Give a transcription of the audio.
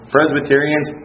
Presbyterians